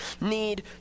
need